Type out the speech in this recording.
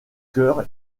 chœur